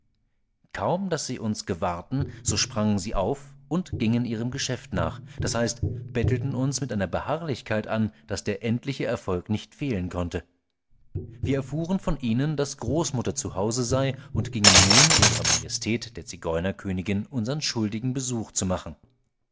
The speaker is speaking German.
kaum daß sie uns gewahrten so sprangen sie auf und gingen ihrem geschäft nach d h bettelten uns mit einer beharrlichkeit an der der endliche erfolg nicht fehlen konnte wir erfuhren von ihnen daß großmutter zu hause sei und gingen nun um ihrer majestät der zigeunerkönigin unsern schuldigen besuch zu machen